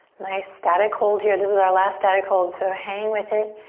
nice static hold here. this is our last static hold, so hang with it.